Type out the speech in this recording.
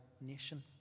nation